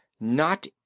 Not